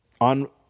on